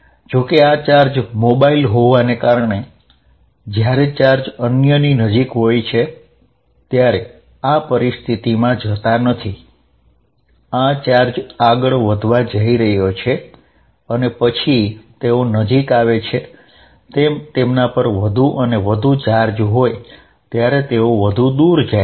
જો કે આ ચાર્જ મોબાઇલ હોવાને કારણે જ્યારે ચાર્જ અન્યની નજીક હોય છે ત્યારે આ પરિસ્થિતિમાં જતા નથી આ ચાર્જ આગળ વધવા જઇ રહ્યો છે અને પછી તેઓ નજીક આવે છે તેમ તેમના પર વધુ અને વધુ ચાર્જ હોય ત્યારે તેઓ વધુ દૂર જાય છે